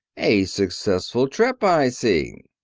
a successful trip, i see.